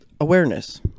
awareness